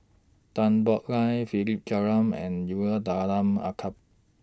Tan Boo Liat Philip Jeyaretnam and Umar Abdullah Al Khatib